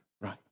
right